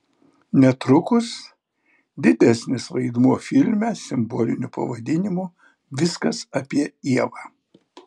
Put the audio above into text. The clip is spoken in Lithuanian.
netrukus didesnis vaidmuo filme simboliniu pavadinimu viskas apie ievą